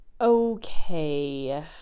okay